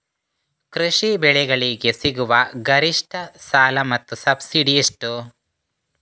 ಕೃಷಿ ಬೆಳೆಗಳಿಗೆ ಸಿಗುವ ಗರಿಷ್ಟ ಸಾಲ ಮತ್ತು ಸಬ್ಸಿಡಿ ಎಷ್ಟು?